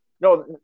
No